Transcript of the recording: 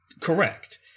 correct